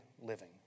living